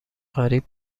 غریب